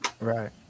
Right